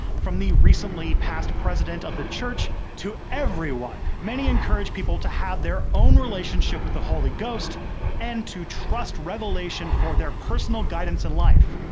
from the recently passed president of the church to everyone. many encourage people to have their own relationship with the holy ghost and to trust revelation for their personal guidance in life.